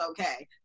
okay